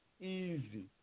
easy